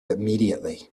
immediately